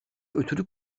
ötürü